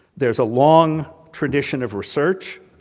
there's a long tradition of research,